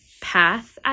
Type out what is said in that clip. path